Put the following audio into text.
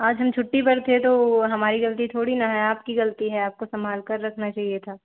आज हम छुट्टी पर थे तो हमारी गलती थोड़ी ना है आपकी गलती है आपको सम्भाल कर रखना चाहिए था